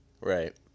Right